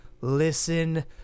listen